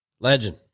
Legend